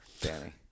Danny